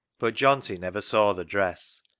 but johnty never saw the dress.